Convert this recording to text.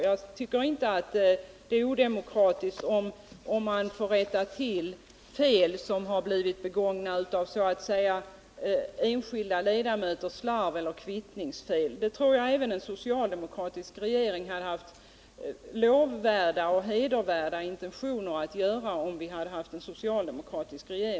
Jag tycker inte det är odemokratiskt att rätta till fel som blivit begångna genom enskilda ledamöters slarv eller kvittningsfel. Jag tror att även en socialdemokratisk regering skulle haft lovvärda och hedervärda intentioner att göra det.